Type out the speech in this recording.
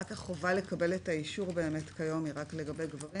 רק החובה לקבל את האישור כיום היא רק לגבי גברים